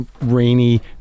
rainy